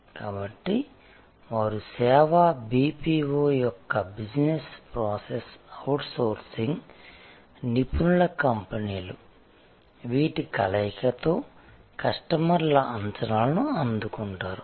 కాబట్టి వారు సేవ BPO యొక్క బిజినెస్ ప్రాసెస్ అవుట్సోర్సింగ్ నిపుణుల కంపెనీలు వీటి కలయికతో కస్టమర్ల అంచనాలను అందుకుంటారు